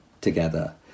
together